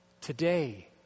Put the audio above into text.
today